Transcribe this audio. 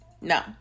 no